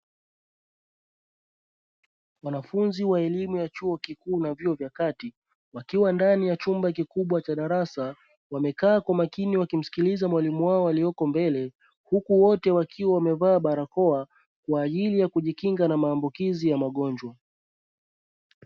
Wanafunzi wa elimu ya chuo kikuu na vyuo vya kati wakiwa ndani ya chumba kikubwa cha darasa wamekaa kwa makini wakimsikiliza mwalimu wao aliyeko mbele huku wote wakiwa wamevaa barakoa kwaajili ya kujikinga na magonjwa.